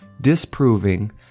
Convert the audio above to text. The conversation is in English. disproving